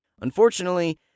Unfortunately